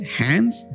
hands